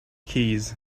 keys